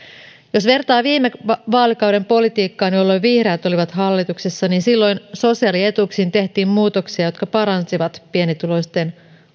jos vertaa viime vaalikauden politiikkaan jolloin vihreät olivat hallituksessa niin silloin sosiaalietuuksiin tehtiin muutoksia jotka paransivat pienituloisten